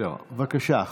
בבקשה.